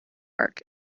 work